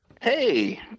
Hey